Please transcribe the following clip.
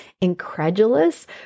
incredulous